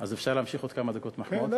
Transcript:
אז אפשר להמשיך עוד כמה דקות מחמאות?